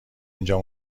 اینجا